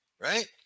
Right